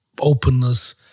openness